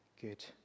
good